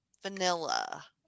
vanilla